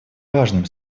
важным